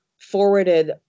forwarded